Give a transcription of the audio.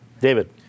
David